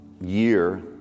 year